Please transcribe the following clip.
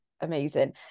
amazing